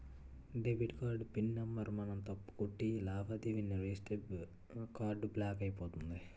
debit card PIN number మనం తప్పు కొట్టి లావాదేవీ నిర్వహిస్తే కార్డు బ్లాక్ అయిపోతుంది